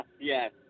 Yes